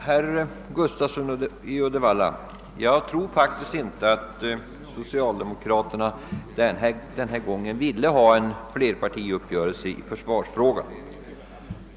Herr talman! Jag tror faktiskt inte, herr Gustafsson i Uddevalla, att socialdemokraterna den här gången ville ha en flerpartiuppgörelse i försvarsfrågan.